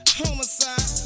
homicide